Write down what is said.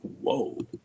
whoa